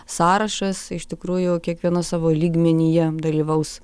sąrašas iš tikrųjų kiekviena savo lygmenyje dalyvaus